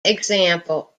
example